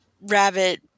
Rabbit